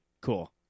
Cool